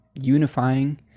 unifying